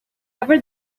ever